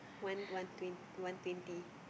one one twen~ one twenty